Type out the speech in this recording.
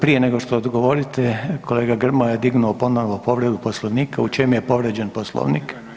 Prije nego što odgovorite, kolega Grmoja je dignuo ponovo povredu Poslovnika, u čem je povrijeđen Poslovnik?